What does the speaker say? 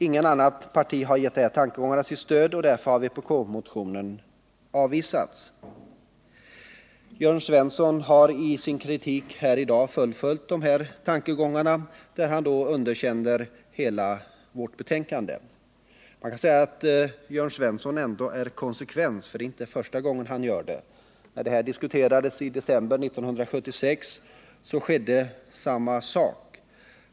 Inget annat parti har gett de här tankegångarna sitt stöd, och därför har vpk-motionen avvisats. Jörn Svensson har i sin kritik här i dag fullföljt tankegångarna. Han underkänner hela vårt betänkande. Man kan säga att Jörn Svensson ändå är konsekvent, för det är inte första gången han gör det. När de här frågorna diskuterades i december 1976 skedde samma sak.